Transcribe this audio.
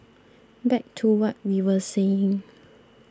back to what we were saying